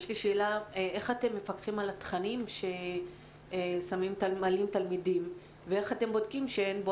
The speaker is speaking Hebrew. איך אתם מפקחים על התכנים שמעלים תלמידים ואיך אתם בודקים שאין פה